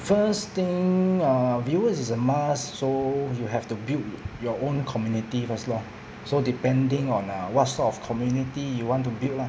first thing uh viewers is a must so you have to build your own community first lor so depending on err what sort of community you want to build lah